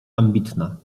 ambitna